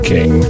King